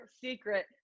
secret